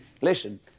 Listen